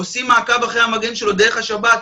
עושים מעקב אחר המגן שלו דרך השב"כ,